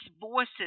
voices